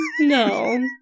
No